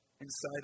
inside